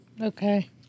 Okay